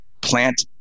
plant